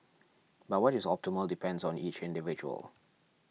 but what is optimal depends on each individual